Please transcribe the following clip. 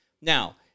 Now